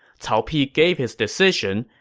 cao pi gave his decision,